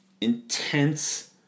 intense